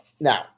now